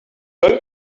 going